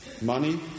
money